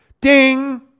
Ding